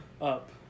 up